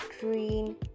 green